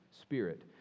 Spirit